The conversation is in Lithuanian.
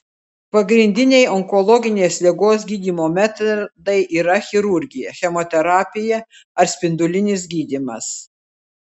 pagrindiniai onkologinės ligos gydymo metodai yra chirurgija chemoterapija ar spindulinis gydymas